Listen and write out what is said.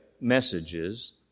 messages